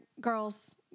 girls